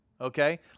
okay